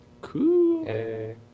Cool